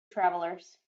travelers